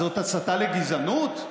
אז זאת הסתה לגזענות?